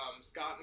Scott